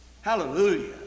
Hallelujah